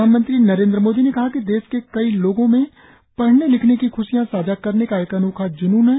प्रधानमंत्री नरेंद्र मोदी ने कहा कि देश के कई लोगों में पढ़ने लिखने की ख्शियां साझा करने का एक अनोखा ज्नून है